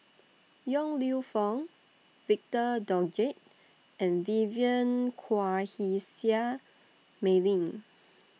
Yong Lew Foong Victor Doggett and Vivien Quahe Seah Mei Lin